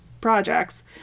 projects